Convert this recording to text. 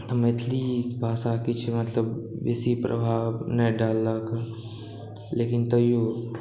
मैथिली भाषा किछु मतलब बेसी प्रभाव नहि डाललक लेकिन तैयो